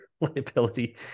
liability